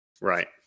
Right